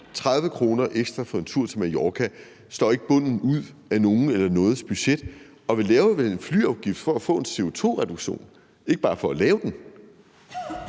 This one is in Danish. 30 kr. ekstra for en tur til Mallorca slår ikke bunden ud af nogens eller nogets budget. Vi laver vel en flyafgift for at få en CO2-reduktion, ikke bare for at lave den?